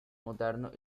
moderno